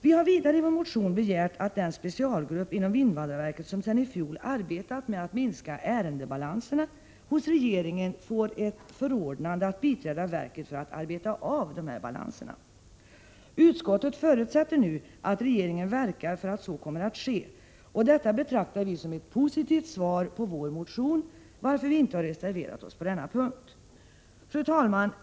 Vi har vidare i vår motion begärt att den specialgrupp inom invandrarverket som sedan i fjol arbetat med att minska ärendebalanserna av regeringen får ett förordnande att biträda verket för att arbeta av dessa balanser. Utskottet förutsätter att regeringen verkar för att så kommer att ske, och detta betraktar vi som ett positivt svar på vår motion, varför vi inte har reserverat oss på denna punkt. Herr talman!